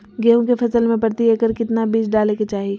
गेहूं के फसल में प्रति एकड़ कितना बीज डाले के चाहि?